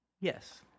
Yes